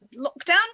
lockdown